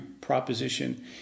proposition